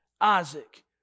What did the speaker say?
Isaac